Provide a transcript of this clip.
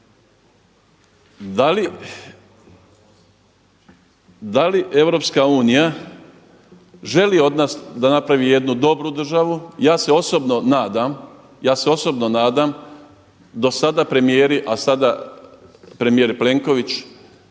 Da li EU želi od nas da napravi jednu dobru državu? Ja se osobno nadam do sada premijeri,